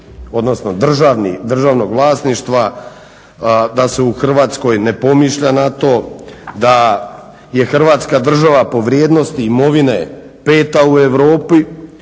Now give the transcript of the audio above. odnosno državnog vlasništva da se u Hrvatskoj ne pomišlja na to, da je Hrvatska država po vrijednosti imovine peta u Europi,